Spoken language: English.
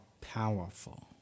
powerful